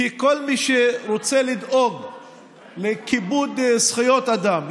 כי כל מי שרוצה לדאוג לכיבוד זכויות אדם,